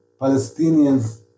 Palestinians